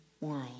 world